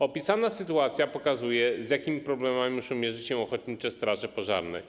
Opisana sytuacja pokazuje, z jakimi problemami muszą mierzyć się ochotnicze straże pożarne.